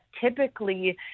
typically